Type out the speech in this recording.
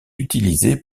utilisé